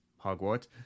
Hogwarts